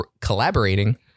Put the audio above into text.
collaborating